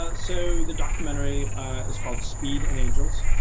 ah so the documentary is called speed and angels.